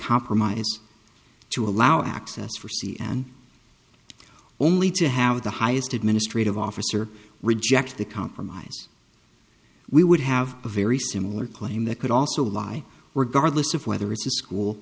compromise to allow access for see an only to have the highest administrative officer reject the compromise we would have a very similar claim that could also lie were guard lists of whether it's a school